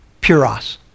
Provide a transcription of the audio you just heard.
Puros